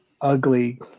ugly